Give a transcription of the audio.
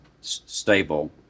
stable